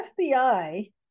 FBI